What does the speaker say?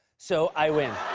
so i win.